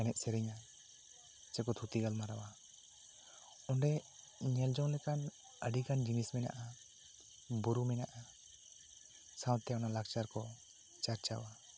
ᱮᱱᱮᱡ ᱥᱮᱨᱮᱧᱟ ᱥᱮ ᱠᱚ ᱛᱷᱩᱛᱤ ᱜᱟᱞᱢᱟᱨᱟᱣᱟ ᱚᱸᱰᱮ ᱧᱮᱞ ᱡᱚᱝ ᱞᱮᱠᱟᱱ ᱟᱹᱰᱤᱜᱟᱱ ᱡᱤᱱᱤᱥ ᱢᱮᱱᱟᱜᱼᱟ ᱵᱩᱨᱩ ᱢᱮᱱᱟᱜᱼᱟ ᱥᱟᱶᱛᱮ ᱚᱱᱟ ᱞᱟᱠᱪᱟᱨ ᱠᱚ ᱪᱟᱨᱪᱟᱣᱟ